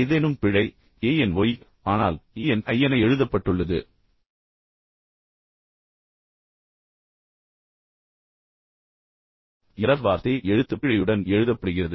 ஏதேனும் பிழை a n y ஆனால் a n i என எழுதப்பட்டுள்ளது எரர் வார்த்தையே எழுத்துப்பிழையுடன் எழுதப்படுகிறது